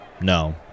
No